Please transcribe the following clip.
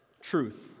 Truth